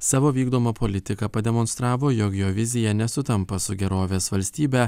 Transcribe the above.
savo vykdoma politika pademonstravo jog jo vizija nesutampa su gerovės valstybe